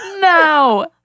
No